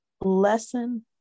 lesson